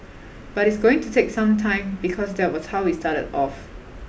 but it's going to take some time because that was how we started off